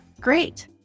Great